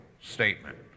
statement